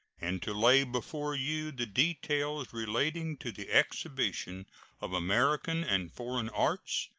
and to lay before you the details relating to the exhibition of american and foreign arts,